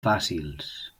fàcils